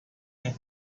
may